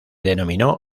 denominó